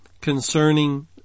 concerning